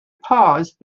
pause